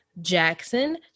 Jackson